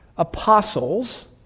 Apostles